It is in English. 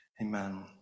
Amen